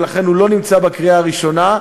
ולכן הוא לא נמצא בקריאה הראשונה.